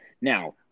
Now